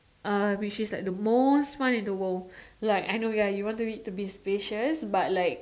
uh which is like the most fun in the world like I know ya you want it to be spacious but like